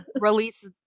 release